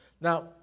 Now